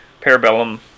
Parabellum